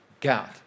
gout